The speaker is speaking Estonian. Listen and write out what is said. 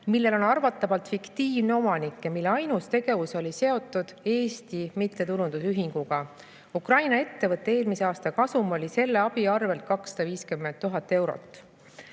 millel on arvatavalt fiktiivne omanik ja mille ainus tegevus oli seotud Eesti mittetulundusühinguga. Ukraina ettevõtte eelmise aasta kasum oli selle abi arvelt 250 000 eurot.